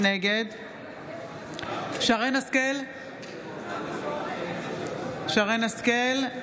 נגד שרן מרים השכל,